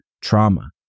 trauma